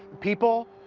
people,